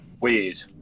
weird